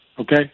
okay